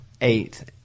eight